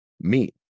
meat